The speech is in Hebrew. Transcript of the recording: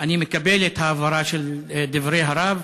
אני מקבל את ההבהרה של דברי הרב,